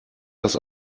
das